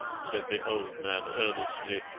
said the old man earnestly,